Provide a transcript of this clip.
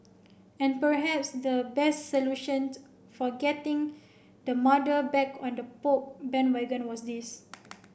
and perhaps the best solutions for getting the mother back on the Poke bandwagon was this